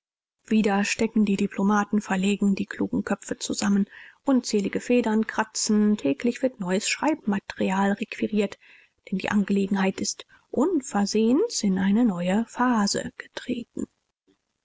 wieder stecken die diplomaten verlegen die klugen köpfe zusammen unzählige federn kratzen täglich wird neues schreibmaterial requiriert denn die angelegenheit ist unversehens in eine neue phase getreten